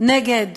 נגד